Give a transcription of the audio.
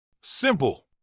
Simple